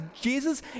Jesus